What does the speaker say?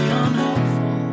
unhelpful